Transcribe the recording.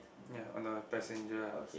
ya on the passenger house